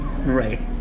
Right